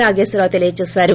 నాగేశ్వర రావు తెలియచేశారు